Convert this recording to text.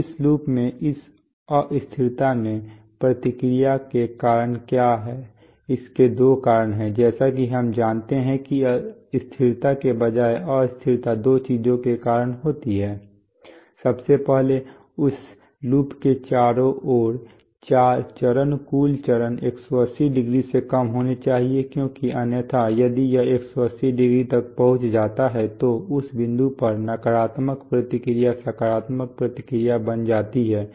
तो इस लूप में इस अस्थिरता में प्रतिक्रिया के कारण क्या हैं इसके दो कारण हैं जैसा कि हम जानते हैं कि स्थिरता के बजाय या अस्थिरता दो चीजों के कारण होती है सबसे पहले इस लूप के चारों ओर चरण कुल चरण 180˚ से कम होना चाहिए क्योंकि अन्यथा यदि यह 180˚ तक पहुंच जाता है तो उस बिंदु पर नकारात्मक प्रतिक्रिया सकारात्मक प्रतिक्रिया बन जाती है